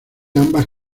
ambas